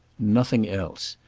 nothing else.